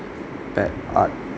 bad art